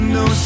no